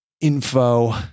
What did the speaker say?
info